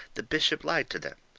the bishop lied to them.